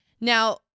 Now